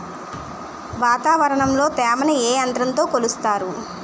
వాతావరణంలో తేమని ఏ యంత్రంతో కొలుస్తారు?